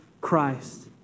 Christ